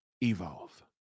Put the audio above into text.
Evolve